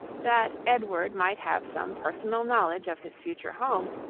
that edward might have some personal knowledge of his future home,